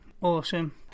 Awesome